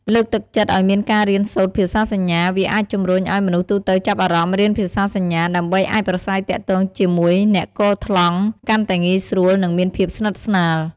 លើកទឹកចិត្តឲ្យមានការរៀនសូត្រភាសាសញ្ញា វាអាចជំរុញឲ្យមនុស្សទូទៅចាប់អារម្មណ៍រៀនភាសាសញ្ញា ដើម្បីអាចប្រាស្រ័យទាក់ទងជាមួយអ្នកគរថ្លង់កាន់តែងាយស្រួល នឹងមានភាពស្និតស្នាល ។